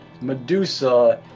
Medusa